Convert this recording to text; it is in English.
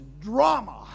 drama